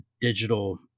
digital